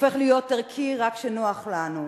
הופך להיות ערכי רק כשנוח לנו,